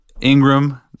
Ingram